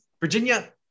Virginia